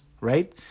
right